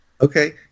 Okay